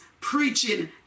preaching